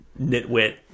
nitwit